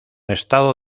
estado